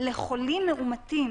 לחולים מאומתים.